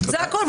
זה הכול.